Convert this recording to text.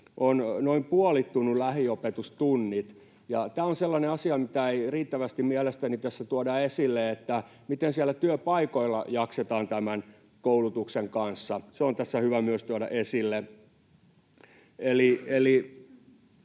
ovat noin puolittuneet lähiopetustunnit. Tämä on sellainen asia, mitä ei mielestäni riittävästi tässä tuoda esille, miten siellä työpaikoilla jaksetaan tämän koulutuksen kanssa. Se on tässä hyvä myös tuoda esille.